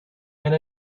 and